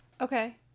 Okay